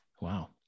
Wow